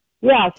yes